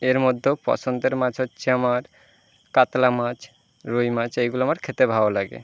এর মধ্যেও পছন্দের মাছ হচ্ছে আমার কাতলা মাছ রুই মাছ এইগুলো আমার খেতে ভালো লাগে